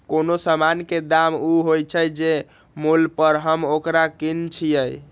कोनो समान के दाम ऊ होइ छइ जे मोल पर हम ओकरा किनइ छियइ